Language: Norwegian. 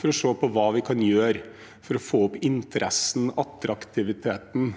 for å se på hva vi kan gjøre for å få opp interessen, attraktiviteten,